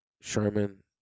Sherman